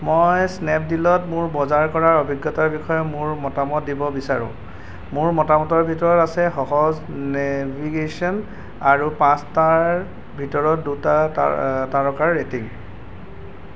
মই স্নেপডীলত মোৰ বজাৰ কৰাৰ অভিজ্ঞতাৰ বিষয়ে মোৰ মতামত দিব বিচাৰোঁ মোৰ মতামতৰ ভিতৰত আছে সহজ নেভিগেচন আৰু পাঁচটাৰ ভিতৰত দুটা তাৰ তাৰকাৰ ৰেটিং